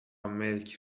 ملک